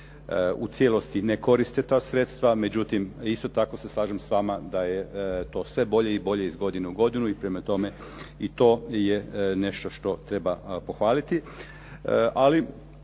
u cijelosti ne koriste ta sredstva, međutim isto tako se slažem s vama da je to sve bolje i bolje iz godine u godinu i prema tome i to je nešto što treba pohvaliti.